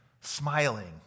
smiling